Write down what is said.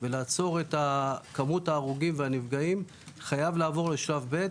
ולעצור את כמות ההרוגים והנפגעים חייבים לעבור לשלב ב',